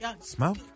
Smoke